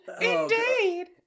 Indeed